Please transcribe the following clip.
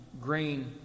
grain